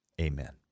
amen